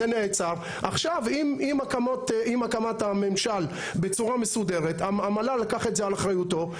עכשיו עם הקמת הממשל בצורה מסודרת המל"ל לקח את זה על אחריותו,